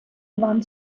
вам